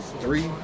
three